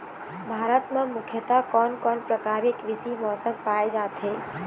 भारत म मुख्यतः कोन कौन प्रकार के कृषि मौसम पाए जाथे?